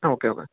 okay okay